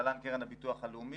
להלן קרן הביטוח הלאומי,